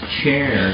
chair